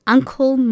Uncle